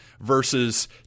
versus